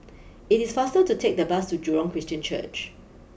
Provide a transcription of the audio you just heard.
it is faster to take the bus to Jurong Christian Church